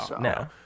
No